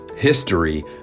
history